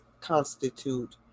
constitute